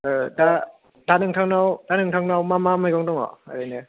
दा नोंथांनाव मा मा मैगं दङ ओरैनो